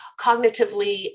cognitively